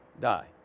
die